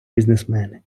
бізнесмени